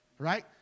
right